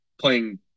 playing